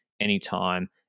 anytime